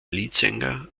leadsänger